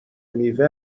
میوه